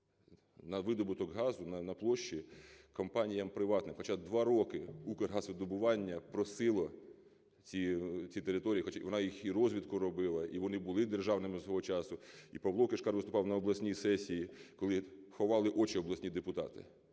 на видобуток газу на площі компаніям приватним, хоча два роки "Укргазвидобування" просило ці території, вона їх і розвідку робила, і вони були державними свого часу, і Павло Кишкар виступав на обласній сесії, коли ховали очі обласні депутати.